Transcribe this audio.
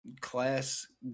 class